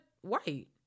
white